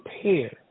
prepare